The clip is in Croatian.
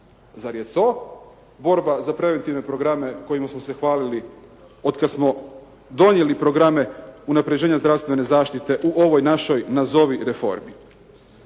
Zar je to borba za preventivne programe kojima smo se hvalili od kad smo donijeli programe unapređenja zdravstvene zaštite u ovoj našoj nazovi reformi.